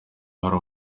hari